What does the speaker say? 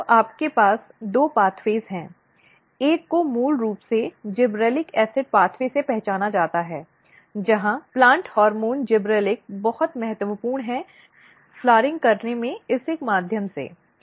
तो आपके पास दो मार्ग हैं एक को मूल रूप से जिबरेलिक एसिड मार्ग से पहचाना जाता है जहां पौधे हार्मोन गिबेरेलिक बहुत महत्वपूर्ण है फ़्लाउरइंग करने में इस एक माध्यम से